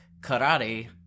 karate